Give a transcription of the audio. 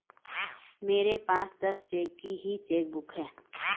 मेरे पास दस चेक की ही चेकबुक है